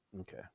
okay